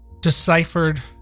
deciphered